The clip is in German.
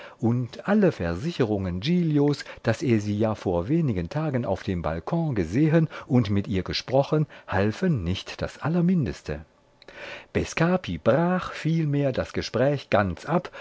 und alle versicherungen giglios daß er sie ja vor wenigen tagen auf dem balkon gesehen und mit ihr gesprochen halfen nicht das allermindeste bescapi brach vielmehr das gespräch ganz ab